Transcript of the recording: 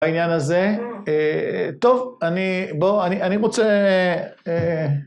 העניין הזה, טוב, אני, בו, אני רוצה